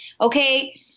okay